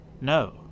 No